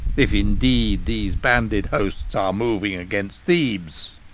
if indeed these banded hosts are moving against thebes.